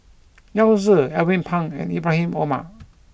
Yao Zi Alvin Pang and Ibrahim Omar